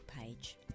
page